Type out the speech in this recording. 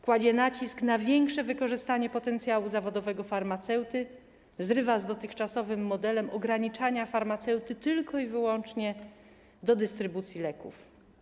Kładzie nacisk na większe wykorzystanie potencjału zawodowego farmaceuty i zrywa z dotychczasowym modelem ograniczania farmaceuty wyłącznie do dystrybucji leków.